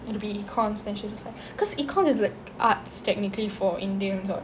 and be econ~ then she will just like cause econ~ is like arts technically for indians what